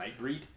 Nightbreed